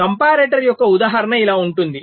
comparator యొక్క ఉదాహరణ ఇలా ఉంటుంది